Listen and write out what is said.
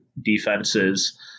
defenses